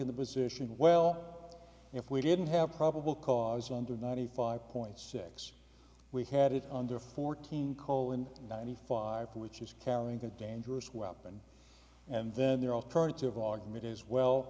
taken the position well if we didn't have probable cause under ninety five point six we had it under fourteen call in ninety five which is carrying a dangerous weapon and then there are alternative augment as well